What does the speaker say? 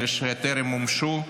אלה שטרם מומשו,